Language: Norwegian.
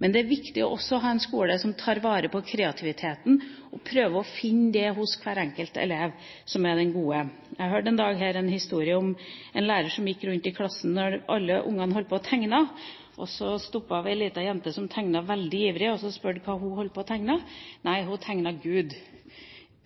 Men det er viktig å ha en skole som også tar vare på kreativiteten og prøver å finne det gode hos hver enkelt elev. Jeg hørte her om dagen en historie om en lærer som gikk rundt i klassen mens alle ungene holdt på å tegne, og som stoppet ved ei lita jente som tegnet veldig ivrig, og spurte hva hun holdt på å tegne. Nei, hun tegnet Gud.